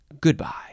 Goodbye